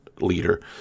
leader